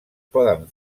poden